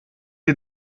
dir